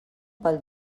pel